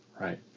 Right